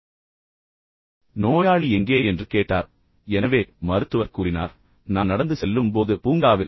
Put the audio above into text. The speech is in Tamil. இப்போது நோயாளி எங்கே என்று கேட்டார் எனவே மருத்துவர் கூறினார் நான் நடந்து செல்லும் போது பூங்காவில்